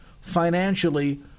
financially